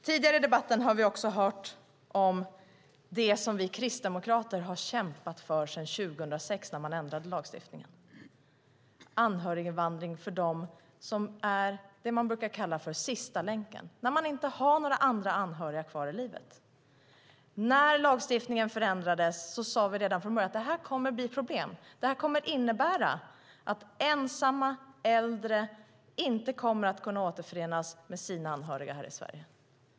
Tidigare i debatten har vi också hört om det som vi kristdemokrater har kämpat för sedan 2006 när man ändrade lagstiftningen, nämligen anhöriginvandring för dem som är det man brukar kalla för sista länken. Det är människor som inte har några andra anhöriga kvar i livet. Vi sade redan från början när lagstiftningen förändrades att det skulle bli problem och att det skulle innebära att ensamma äldre inte skulle kunna återförenas med sina anhöriga här i Sverige.